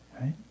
Right